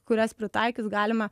kurias pritaikius galima